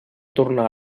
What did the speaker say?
tornar